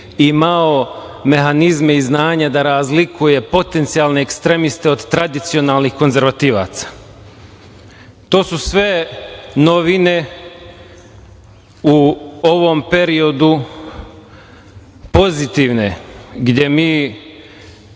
imao mehanizme i znanje da razlikuje potencijalne ekstremiste od tradicionalnih konzervativaca. To su sve novine u ovom periodu pozitivne, gde mi